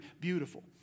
beautiful